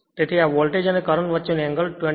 તેથી આ વોલ્ટેજ અને કરંટ વચ્ચેનો એંગલ 27